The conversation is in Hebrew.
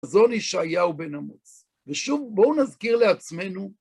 חזון ישעיהו בן אמוץ, ושוב, בואו נזכיר לעצמנו.